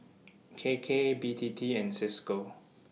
K K B T T and CISCO